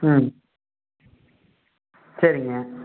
ம் சரிங்க